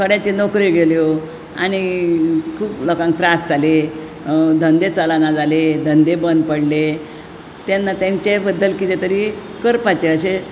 थोड्याच्यो नोकऱ्यो गेल्यो आनी खूब लोकांक त्रास जाले धंदे चलना जाले धंदे बंद पडले तेन्ना तेंचेय बद्दल कितें तरी करपाचे अशें